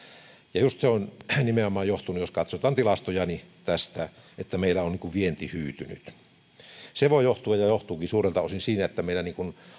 ja just se on nimenomaan johtunut jos katsotaan tilastoja tästä että meillä on vienti hyytynyt ja se voi johtua ja johtuukin suurelta osin siitä että meillä